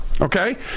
Okay